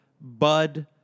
Bud